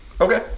Okay